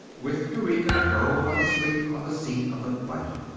with eureka curled up asleep on the seat of the buggy.